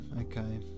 okay